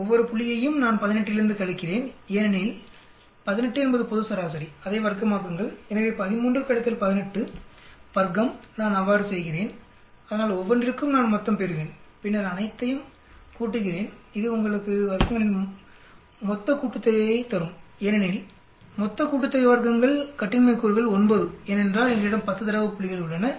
ஒவ்வொரு புள்ளியையும் நான் 18 இலிருந்து கழிக்கிறேன் ஏனெனில் 18 என்பது பொது சராசரி அதை வர்க்கமாக்குங்கள் எனவே 13 18 கழித்தல் வர்க்கம் நான் அவ்வாறு செய்கிறேன் அதனால் ஒவ்வொன்றிற்கும் நான் மொத்தம் பெறுவேன் பின்னர் அனைத்தையும் கூட்டுகிறேன் இது உங்களுக்கு வர்க்கங்களின் மொத்த கூட்டுதொகையைத் தரும் வர்க்கங்களின் மொத்த கூட்டுதொகைக்கு கட்டின்மை கூறுகள் 9 ஏனென்றால் எங்களிடம் 10 தரவு புள்ளிகள் உள்ளன